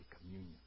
communion